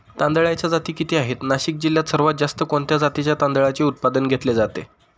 तांदळाच्या जाती किती आहेत, नाशिक जिल्ह्यात सर्वात जास्त कोणत्या जातीच्या तांदळाचे उत्पादन घेतले जाते?